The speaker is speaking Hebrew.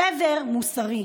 שבר מוסרי.